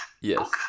Yes